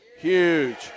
huge